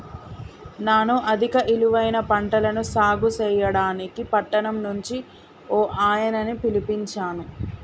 నాను అధిక ఇలువైన పంటలను సాగు సెయ్యడానికి పట్టణం నుంచి ఓ ఆయనని పిలిపించాను